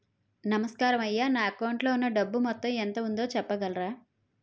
నమస్కారం అయ్యా నా అకౌంట్ లో ఉన్నా డబ్బు మొత్తం ఎంత ఉందో చెప్పగలరా?